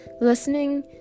listening